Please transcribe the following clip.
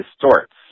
distorts